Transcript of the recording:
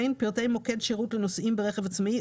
פרטי מוקד שירות לנוסעים ברכב העצמאי,